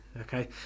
Okay